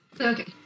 Okay